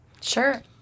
Sure